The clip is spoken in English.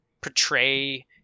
portray